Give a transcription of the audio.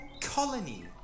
colony